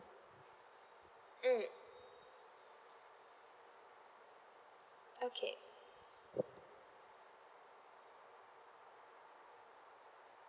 mm okay